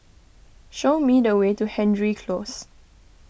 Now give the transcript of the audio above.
show me the way to Hendry Close